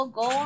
go